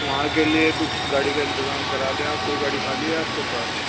وہاں کے لیے کچھ گاڑی کا انتظام کرا دیں آپ کوئی گاڑی خالی ہے آپ کے پاس